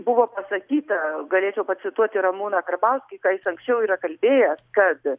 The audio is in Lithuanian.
buvo pasakyta galėčiau pacituoti ramūną karbauskį ką jis anksčiau yra kalbėjęs kad